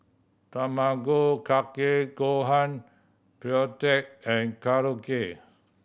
Tamago Kake Gohan Pretzel and Korokke